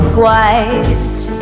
white